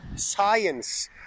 Science